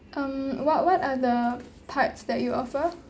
um what what are the parts that you offer